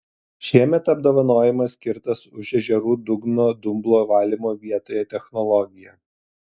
šiemet apdovanojimas skirtas už ežerų dugno dumblo valymo vietoje technologiją